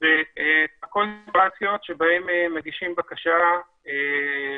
ו-3 לתקנות מוסדות חינוךתרבותיים ייחודים (בקשה לרישיון),